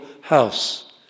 house